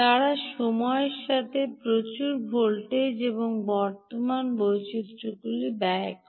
তারা সময়ের সাথে প্রচুর ভোল্টেজ এবং বর্তমান বৈচিত্রগুলি ব্যয় করে